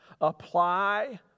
apply